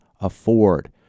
afford